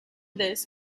this